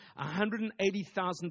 180,000